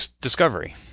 Discovery